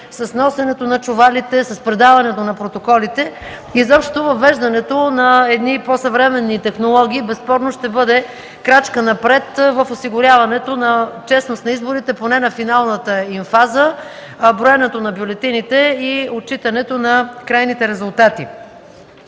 с носенето на чувалите, с предаването на протоколите. Изобщо въвеждането на по-съвременни технологии безспорно ще бъде крачка напред в осигуряването на честност на изборите поне на финалната им фаза – броенето на бюлетините и отчитането на крайните резултати.